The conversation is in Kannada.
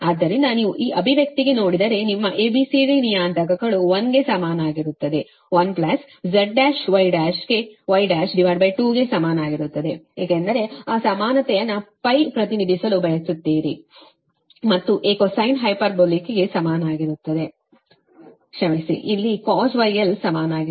ಆದ್ದರಿಂದ ನೀವು ಈ ಅಭಿವ್ಯಕ್ತಿಗೆ ನೋಡಿದರೆ ನಿಮ್ಮ A B C D ನಿಯತಾಂಕಗಳು 1 ಗೆ ಸಮನಾಗಿರುತ್ತದೆ 1Z1Y12 ಗೆ ಸಮಾನವಾಗಿರುತ್ತದೆ ಏಕೆಂದರೆ ಆ ಸಮಾನತೆಯನ್ನು ಪ್ರತಿನಿಧಿಸಲು ಬಯಸುತ್ತೀರಿ ಮತ್ತು A cosine ಹೈಪರ್ಬೋಲಿಕ್ಗೆ ಸಮಾನವಾಗಿರುತ್ತದೆ ಕ್ಷಮಿಸಿ ಇಲ್ಲಿ cosh γl ಗೆ ಸಮಾನವಾಗಿರುತ್ತದೆ